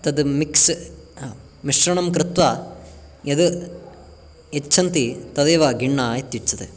तद् मिक्स् मिश्रणं कृत्वा यद् यच्छन्ति तदेव गिण्णा इत्युच्यते